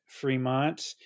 Fremont